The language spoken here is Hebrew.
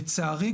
לצערי,